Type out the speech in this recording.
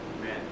Amen